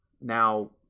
now